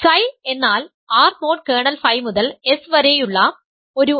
Ψ എന്നാൽ R mod kernel phi മുതൽ S വരെയുള്ള ഒരു ഐസോമോർഫിസമാണ്